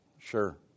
Sure